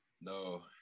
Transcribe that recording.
no